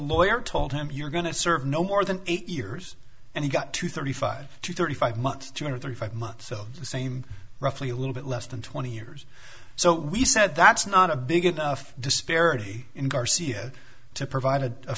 lawyer told him you're going to serve no more than eight years and he got to thirty five to thirty five months two hundred thirty five months of the same roughly a little bit less than twenty years so we said that's not a big enough disparity in garcia to provide a